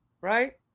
right